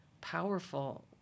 powerful